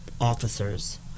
officers